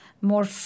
more